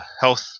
health